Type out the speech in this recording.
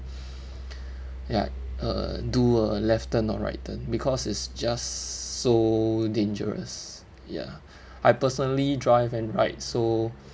like uh do a left turn or right turn because it's just so dangerous ya I personally drive and ride so